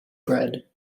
bread